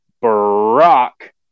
Brock